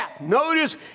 notice